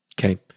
okay